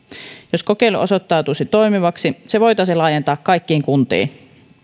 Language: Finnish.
jos kokeilu osoittautuisi toimivaksi se voitaisiin laajentaa kaikkiin kuntiin